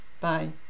Bye